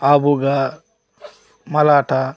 ఆబుగా మలాటా